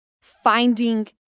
finding